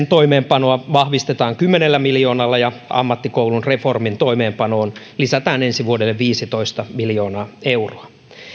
toimeenpanoa vahvistetaan kymmenellä miljoonalla ja ammattikoulun reformin toimeenpanoon lisätään ensi vuodelle viisitoista miljoonaa euroa